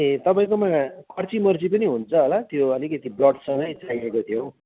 ए तपाईँकोमा कर्चिमर्ची पनि हुन्छ होला त्यो अलिकिति ब्लडसँगै चाहिएको थियो हौ